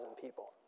people